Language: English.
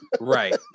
Right